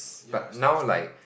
ya still still